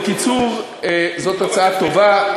בקיצור, זו הצעה טובה.